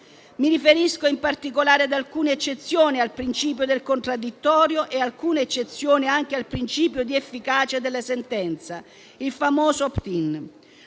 Mi riferisco in particolare ad alcune eccezioni al principio del contraddittorio e anche al principio di efficacia della sentenza, il famoso *opt-in;*